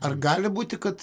ar gali būti kad